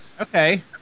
Okay